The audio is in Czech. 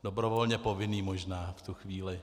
Dobrovolně povinný možná v tu chvíli.